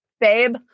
Babe